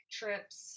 trips